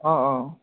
অঁ অঁ